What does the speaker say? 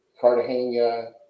Cartagena